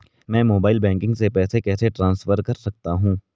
मैं mobile banking से पैसे कैसे ट्रांसफर कर सकता हूं?